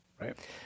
Right